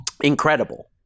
incredible